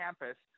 campus